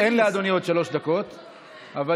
אין לאדוני עוד שלוש דקות, אני אנסה, אדוני.